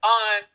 on